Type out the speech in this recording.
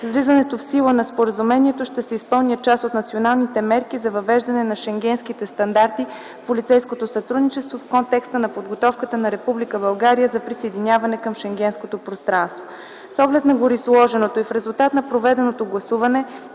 влизането в сила на споразумението ще се изпълнят част от националните мерки за въвеждане на шенгенските стандарти в полицейското сътрудничество в контекста на подготовката на Република България за присъединяване към Шенгенското пространство. С оглед на гореизложеното и в резултат на проведеното гласуване,